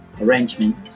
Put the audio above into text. Arrangement